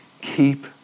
keep